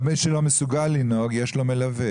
על מי שלא מסוגל לנהוג, יש לו מלווה.